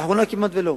לאחרונה כמעט לא.